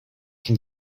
can